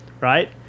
Right